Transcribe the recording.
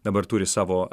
dabar turi savo